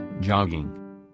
Jogging